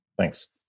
Thanks